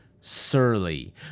surly